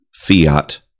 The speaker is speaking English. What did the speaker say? fiat